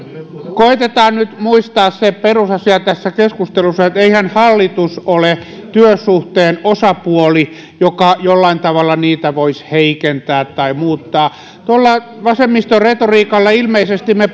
koetetaan nyt muistaa se perusasia tässä keskustelussa että eihän hallitus ole työsuhteen osapuoli joka jollain tavalla sitä voisi heikentää tai muuttaa tuolla vasemmiston retoriikalla ilmeisesti me